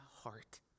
heart